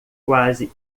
quase